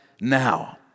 now